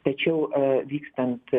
tačiau vykstant